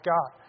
God